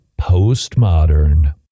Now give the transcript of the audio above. postmodern